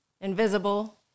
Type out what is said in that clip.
invisible